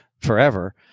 forever